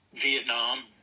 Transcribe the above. Vietnam